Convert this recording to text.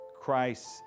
Christ